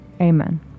Amen